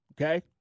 okay